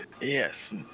Yes